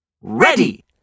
Ready